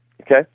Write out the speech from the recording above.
Okay